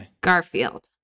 Garfield